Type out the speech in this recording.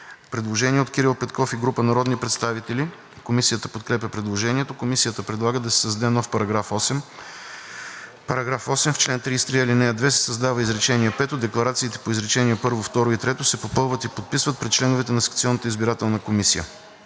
Предложение от Кирил Петков и група народни представители. Комисията подкрепя предложението. Комисията предлага да се създаде нов § 8: „§ 8. В чл. 33, ал. 2 се създава изречение пето: „Декларациите по изречения първо, второ и трето се попълват и подписват пред членовете на секционната избирателна комисия.“.